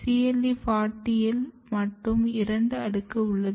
CLE 40 இல் மட்டும் இரண்டு அடுக்கு உள்ளது